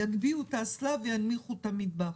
יגביהו את האסלה וינמיכו את המטבח.